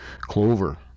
clover